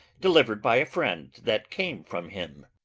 deliver'd by a friend that came from him.